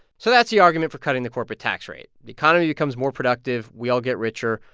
so that's the argument for cutting the corporate tax rate. the economy becomes more productive. we all get richer.